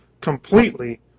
completely